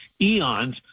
eons